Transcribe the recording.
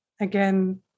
again